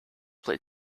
play